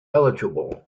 eligible